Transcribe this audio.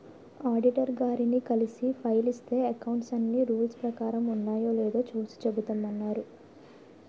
auditor గారిని కలిసి file ఇస్తే అకౌంట్స్ అన్నీ రూల్స్ ప్రకారం ఉన్నాయో లేదో చూసి చెబుతామన్నారు